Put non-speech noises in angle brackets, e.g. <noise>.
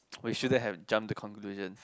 <noise> we shouldn't have jump to conclusion